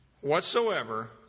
whatsoever